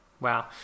wow